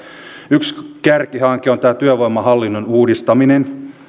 yksi kärkihanke on tämä työvoimahallinnon uudistaminen